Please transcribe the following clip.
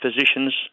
physicians